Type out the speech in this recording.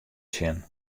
sjen